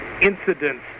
incidents